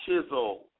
chisel